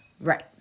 Right